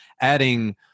adding